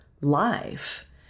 life